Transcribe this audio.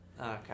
Okay